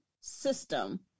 system